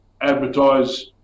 advertise